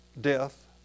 death